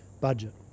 budget